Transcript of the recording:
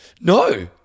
No